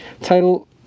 Title